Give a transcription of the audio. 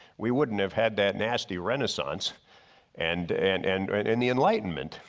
we wouldn't have had that nasty renaissance and and and and the enlightenment.